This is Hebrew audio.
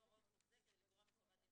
אני רוצה לחדד